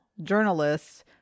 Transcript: Journalists